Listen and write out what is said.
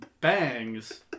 Bangs